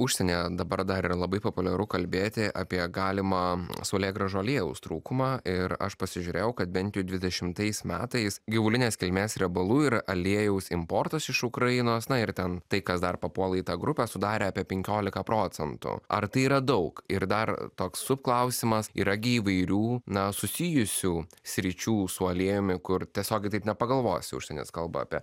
užsienyje dabar dar yra labai populiaru kalbėti apie galimą saulėgrąžų aliejaus trūkumą ir aš pasižiūrėjau kad bent dvidešimtais metais gyvulinės kilmės riebalų ir aliejaus importas iš ukrainos na ir ten tai kas dar papuola į tą grupę sudarė apie penkiolika procentų ar tai yra daug ir dar toks subklausimas yra gi įvairių na susijusių sričių su aliejumi kur tiesiogiai taip nepagalvosi užsienis kalba apie